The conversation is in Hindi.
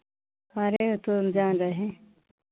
अरे ये तो हम जान रहे हैं